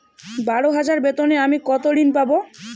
বারো হাজার বেতনে আমি কত ঋন পাব?